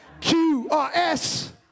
Q-R-S